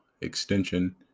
extension